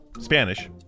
Spanish